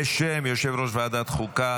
בשם יושב-ראש ועדת חוקה.